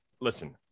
listen